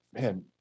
man